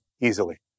easily